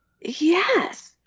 yes